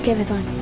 vivaan.